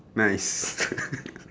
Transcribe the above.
nice